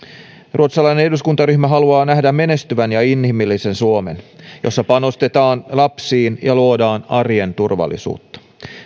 ruotsalainen eduskuntaryhmä haluaa nähdä menestyvän ja inhimillisen suomen jossa panostetaan lapsiin ja luodaan arjen turvallisuutta